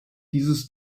dieses